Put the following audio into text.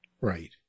Right